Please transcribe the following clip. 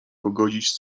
pogodzić